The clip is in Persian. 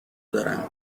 دارن